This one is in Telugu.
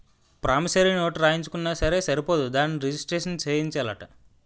ప్రామిసరీ నోటు రాయించుకున్నా సరే సరిపోదు దానిని రిజిస్ట్రేషను సేయించాలట